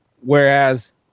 Whereas